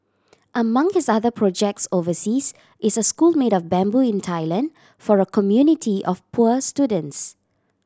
among his other projects overseas is a school made of bamboo in Thailand for a community of poor students